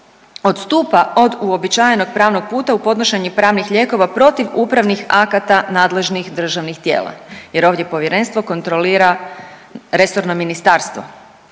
odstupa od uobičajenog pravnog puta u podnošenju pravnih lijekova protiv upravnih akata nadležnih državnih tijela jer ovdje Povjerenstvo kontrolira resorno ministarstvo.